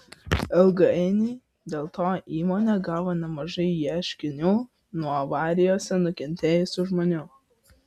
ilgainiui dėl to įmonė gavo nemažai ieškinių nuo avarijose nukentėjusių žmonių